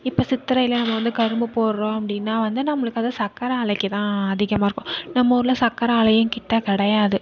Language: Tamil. இப்போ சித்தரையில் நம்ம வந்து கரும்பு போடுறோம் அப்படின்னா வந்து நம்மளுக்கு அது சக்கரை ஆலைக்கு தான் அதிகமாக இருக்கும் நம்ம ஊரில் சக்கரை ஆலையும் கிட்ட கிடையாது